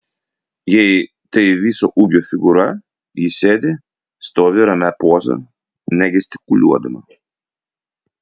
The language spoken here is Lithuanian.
jei tai viso ūgio figūra ji sėdi stovi ramia poza negestikuliuodama